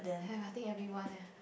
have I think everyone ah